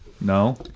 No